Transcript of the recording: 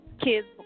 Kids